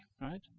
right